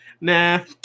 nah